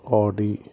Audi